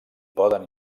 poden